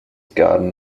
garden